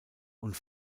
und